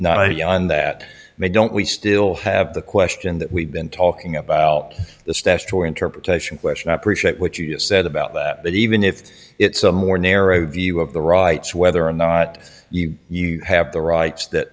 yawn that they don't we still have the question that we've been talking about the statutory interpretation question i appreciate what you said about that but even if it's a more narrow view of the rights whether or not you have the rights that